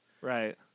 Right